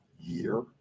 year